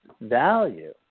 value